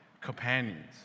Companions